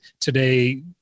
today